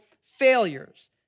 failures